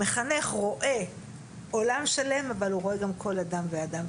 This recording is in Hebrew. מחנך רואה עולם שלם אבל הוא רואה גם כל אדם ואדם,